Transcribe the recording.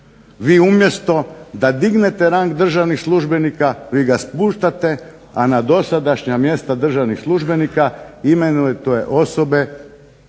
Vi umjesto da dignete rang državnih službenika vi ga spuštate a na dosadašnja mjesta državnih službenika imenujete osobe